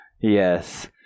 Yes